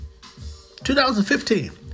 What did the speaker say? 2015